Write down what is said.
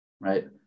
Right